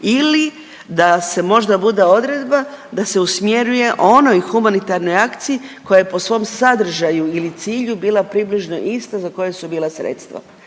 ili da se možda bude odredba da se usmjeruje onoj humanitarnoj akciji koja je po svom sadržaju ili cilju bila približno ista za koja su bila sredstva.